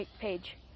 page